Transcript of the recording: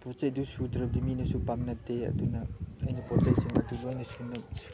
ꯄꯣꯠ ꯆꯩ ꯑꯗꯨ ꯁꯨꯗ꯭ꯔꯕꯗꯤ ꯃꯤꯅꯁꯨ ꯄꯥꯝꯅꯗꯦ ꯑꯗꯨꯅ ꯑꯩꯅ ꯄꯣꯠ ꯆꯩꯁꯤꯡ ꯑꯗꯨ ꯂꯣꯏꯅ